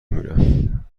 میرم